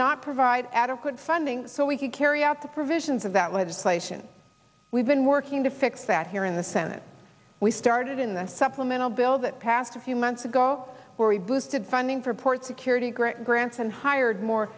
not provide adequate funding so we could carry out the provisions of that legislation we've been working to fix that here in the senate we started in the supplemental bill that passed a few months ago where we boosted funding for port security great grants and hired more